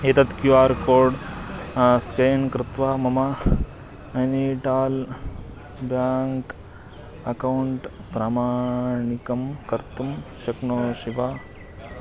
एतत् Q R code scan कृत्वा मम नैनीटाल् ब्याङ्क् अकौण्ट् प्रमाणिकं कर्तुं शक्नोषि वा